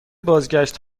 بازگشت